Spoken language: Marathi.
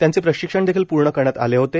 त्यांचे प्रशिक्षण देखील पूर्ण करण्यात आले होते